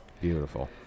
beautiful